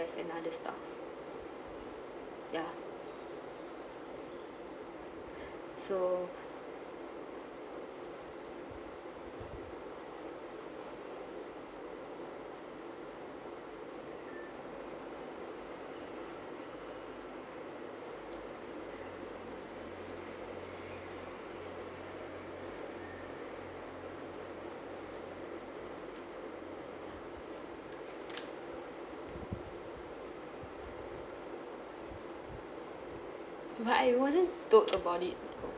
and other stuff ya so but I wasn't told about it